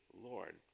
Lord